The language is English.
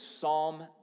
Psalm